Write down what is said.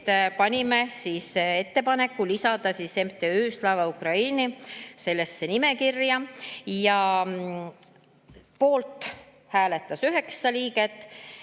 et panime ettepaneku lisada MTÜ Slava Ukraini sellesse nimekirja. Poolt hääletas üheksa liiget: